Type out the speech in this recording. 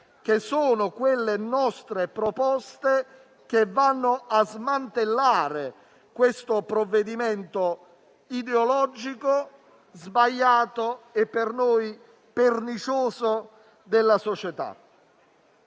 che sono le nostre proposte per smantellare questo provvedimento ideologico sbagliato e per noi pernicioso per la società,